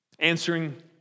answering